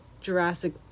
jurassic